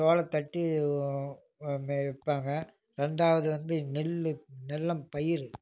சோளத்தட்டு மே வைப்பாங்க ரெண்டாவது வந்து நெல் நெல்லம் பயிறு